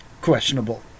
questionable